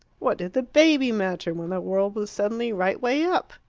what did the baby matter when the world was suddenly right way up?